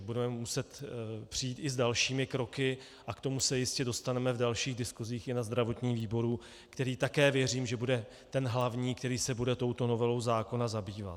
Budeme muset přijít i s dalšími kroky a k tomu se jistě dostaneme v dalších diskusích i na zdravotním výboru, který také věřím, že bude ten hlavní, který se bude touto novelou zákona zabývat.